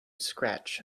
scratch